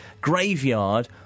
Graveyard